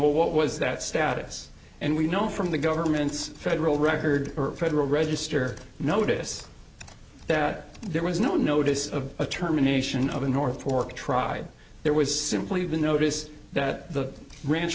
what was that status and we know from the government's federal record for the register notice that there was no notice of a terminations of the north fork tried there was simply even notice that the ranch